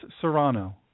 Serrano